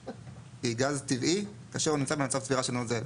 היא "גז טבעי כאשר הוא נמצא במצב צבירה של נוזל".